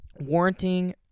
warranting